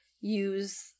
use